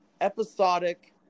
episodic